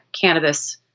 cannabis